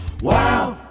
wow